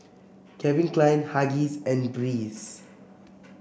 Calvin Klein Huggies and Breeze